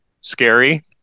scary